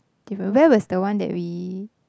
where was the one that we